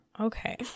Okay